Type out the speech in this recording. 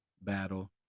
battle